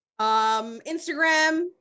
instagram